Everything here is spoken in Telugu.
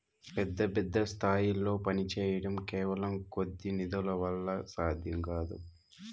పెద్ద పెద్ద స్థాయిల్లో పనిచేయడం కేవలం కొద్ది నిధుల వల్ల సాధ్యం కాదు